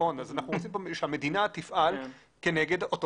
אנחנו רוצים שהמדינה תפעל כנגד אותו